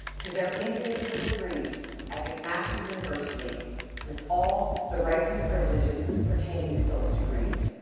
to their individual degrees at mcmaster university with all the rights and privileges pertaining to those degrees.